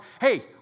hey